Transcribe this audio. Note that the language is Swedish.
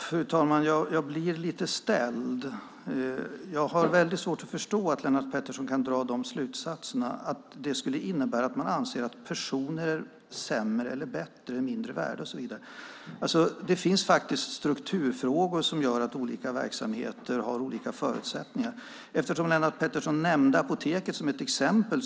Fru talman! Jag blir lite ställd. Jag har väldigt svårt att förstå att Lennart Pettersson kan dra slutsatsen att innebörden är att man delar in personer i sämre eller bättre, att vissa är mindre värda och så vidare. Det finns faktiskt strukturfrågor som gör att olika verksamheter har olika förutsättningar. Lennart Pettersson tog Apoteket som ett exempel.